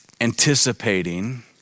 anticipating